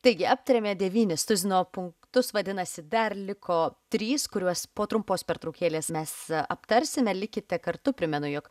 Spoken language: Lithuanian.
taigi aptarėme devynis tuzino punktus vadinasi dar liko trys kuriuos po trumpos pertraukėlės mes aptarsime likite kartu primenu jog